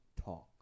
talk